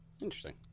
interesting